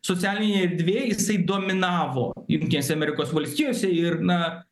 socialinėj erdvėj jisai dominavo jungtinėse amerikos valstijose ir na